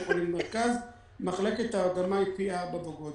חולים במרכז מחלקת ההרדמה היא פי 4 בגודל.